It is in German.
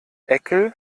eckel